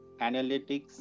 analytics